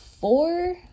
four